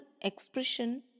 expression